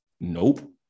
nope